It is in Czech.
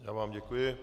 Já vám děkuji.